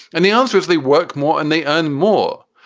and the answer is they work more and they earn more.